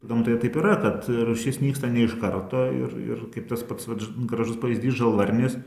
gamtoje taip yra kad rūšis nyksta ne iš karto ir ir kaip tas pats vat gražus pavyzdys žalvarnis